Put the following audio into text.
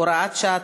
הוראת שעה),